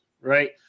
right